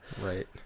right